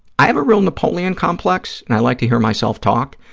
i have a real napoleon complex and i like to hear myself talk,